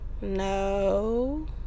No